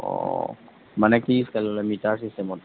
অঁ মানে কি ষ্টাইলত লয় মিটাৰ চিষ্টেমত